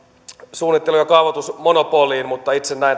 suunnittelu ja kaavoitusmonopoliin mutta itse näen